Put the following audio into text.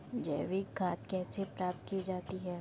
जैविक खाद कैसे प्राप्त की जाती है?